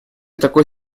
такой